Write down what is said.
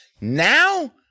now